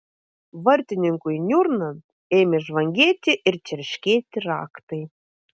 vartininkui niurnant ėmė žvangėti ir čerškėti raktai